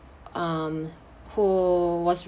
um who was